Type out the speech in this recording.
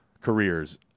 careers